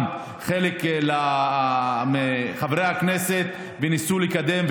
חלק מחברי הכנסת ניסו לקדם.